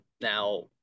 Now